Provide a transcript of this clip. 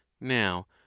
now